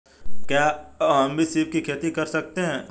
क्या हम भी सीप की खेती कर सकते हैं?